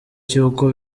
cy’uko